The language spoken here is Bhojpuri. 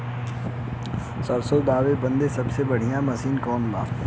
सरसों दावे बदे सबसे बढ़ियां मसिन कवन बा?